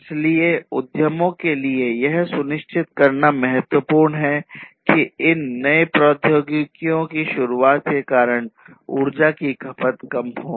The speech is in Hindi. इसलिए उद्यमों के लिए यह सुनिश्चित करना बहुत महत्वपूर्ण है कि इन नए प्रौद्योगिकियों की शुरूआत के कारण ऊर्जा की खपत कम हो